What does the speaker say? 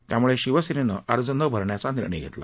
त्यामुळे शिवसेनेनं अर्ज न भरण्याचा निर्णय घेतला